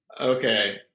Okay